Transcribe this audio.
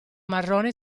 marrone